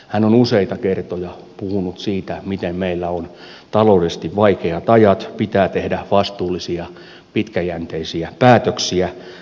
hän on useita kertoja puhunut siitä miten meillä on taloudellisesti vaikeat ajat ja pitää tehdä vastuullisia pitkäjänteisiä päätöksiä